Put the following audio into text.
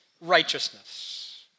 righteousness